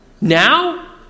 Now